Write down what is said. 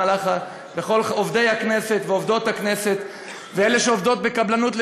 לכל עובדי הכנסת ועובדות הכנסת ואלה שעובדות בקבלנות,